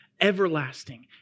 everlasting